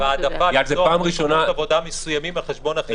והעדפת מקומות עבודה מסוימים על חשבון אחרים.